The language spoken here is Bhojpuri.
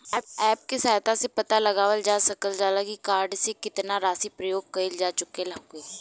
अप्प के सहायता से पता लगावल जा सकल जाला की कार्ड से केतना राशि प्रयोग कइल जा चुकल हउवे